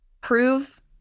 prove